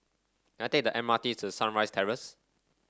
can I take the M R T to Sunrise Terrace